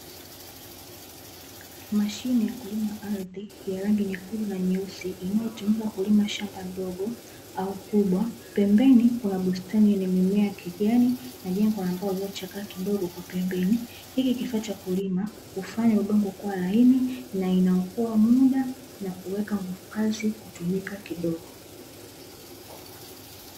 Mashine ya kulima ardhi ya rangi nyekundu na nyeusi inayotumika kulima shamba ndogo au kubwa, pembeni kuna bustani yenye mimea ya kijana na jengo la mbao lilichokaa kidogo kwa pembeni. Hiki kifaa cha kulima hufanya udongo kuwa laini na inaokoa muda na kuweka nguvu kazi kutumika kidogo.